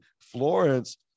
Florence